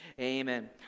amen